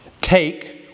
Take